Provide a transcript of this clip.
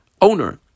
owner